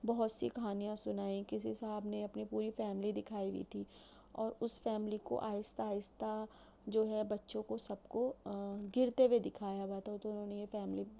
بہت سی کہانیاں سُنائی کسی صاحب نے اپنی پوری فیملی دکھائی ہوئی تھی اور اُس فیملی کو آہستہ آہستہ جو ہے بچوں کو سب کو گرتے ہوئے دکھایا ہُوا تھا تو اُنہوں نے یہ فیملی